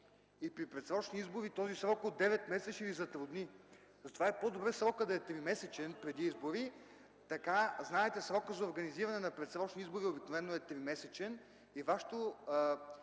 И при предсрочни избори този срок от 9 месеца ще Ви затрудни. Затова по-добре е срокът да е тримесечен преди избори. Знаете, че срокът за организиране на предсрочни избори обикновено е тримесечен. И Вашето